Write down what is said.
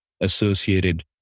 associated